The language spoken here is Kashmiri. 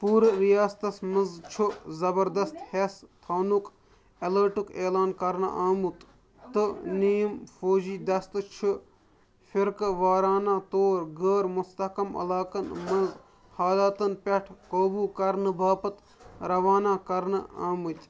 پوٗرٕ ریاستس منٛز چھُ زبردست ہٮ۪س تھاونُک اٮ۪لٲٹُک اعلان کرنہٕ آمُت تہٕ نیٖم فوجی دستہٕ چھُ فِرقہٕ وارانہ طور غٲر مُستہقم علاقن منٛز حالاتن پٮ۪ٹھ قوبوٗ كرنہٕ باپتھ روانوانہ كرنہٕ آمٕتۍ